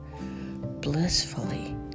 blissfully